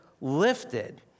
lifted